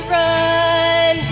run